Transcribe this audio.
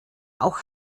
auch